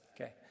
Okay